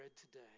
today